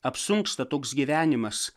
apsunksta toks gyvenimas